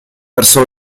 verso